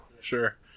sure